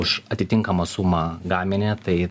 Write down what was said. už atitinkamą sumą gaminį tai